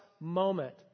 moment